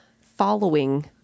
following